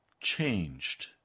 changed